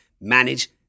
manage